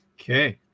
Okay